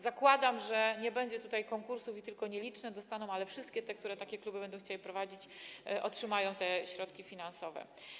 Zakładam, że nie będzie tutaj konkursów i tylko nieliczne z nich dostaną pieniądze, ale wszystkie te, które takie kluby będą chciały prowadzić, otrzymają te środki finansowe.